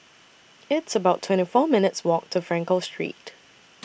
It's about twenty four minutes' Walk to Frankel Street